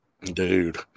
Dude